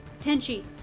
Tenchi